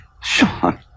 Sean